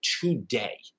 today